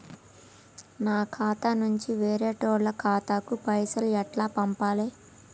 నా ఖాతా నుంచి వేరేటోళ్ల ఖాతాకు పైసలు ఎట్ల పంపాలే?